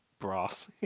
brass